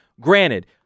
Granted